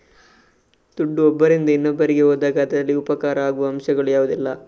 ದುಡ್ಡು ಒಬ್ಬರಿಂದ ಇನ್ನೊಬ್ಬರಿಗೆ ಹೋದಾಗ ಅದರಲ್ಲಿ ಉಪಕಾರ ಆಗುವ ಅಂಶಗಳು ಯಾವುದೆಲ್ಲ?